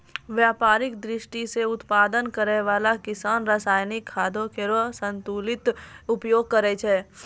व्यापारिक दृष्टि सें उत्पादन करै वाला किसान रासायनिक खादो केरो संतुलित उपयोग करै छै